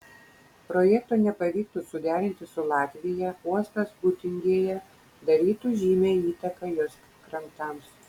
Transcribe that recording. projekto nepavyktų suderinti su latvija uostas būtingėje darytų žymią įtaką jos krantams